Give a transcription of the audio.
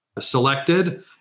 selected